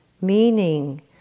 Meaning